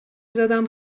زدم